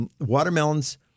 Watermelons